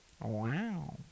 Wow